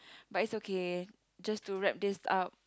but it's okay just to wrap this up